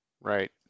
Right